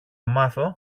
μάθω